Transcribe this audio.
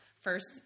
First